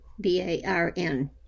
B-A-R-N